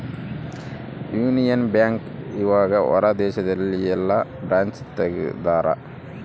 Union Bank ಇವಗ ಹೊರ ದೇಶದಲ್ಲಿ ಯೆಲ್ಲ ಬ್ರಾಂಚ್ ತೆಗ್ದಾರ